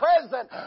present